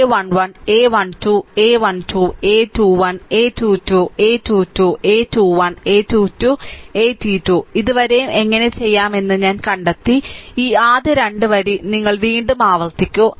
a 1 1 a 1 2 a 1 2 a 21 a 2 2 a 2 2 a 2 1 a 2 2 a 2 2 ഇതുവരെയും എങ്ങനെ ചെയാം എന്ന് ഞാൻ കണ്ടെത്തി ഈ ആദ്യ 2 വരി നിങ്ങൾ വീണ്ടും ആവർത്തിക്കു